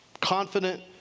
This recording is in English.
confident